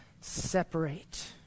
separate